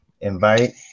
Invite